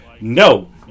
no